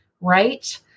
right